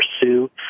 pursue